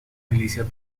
milicias